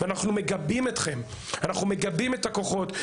אנחנו מגבים אתכם, אנחנו מגבים את הכוחות.